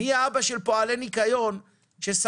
מי האבא של פועלי ניקיון שנשלחו הבית